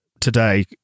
today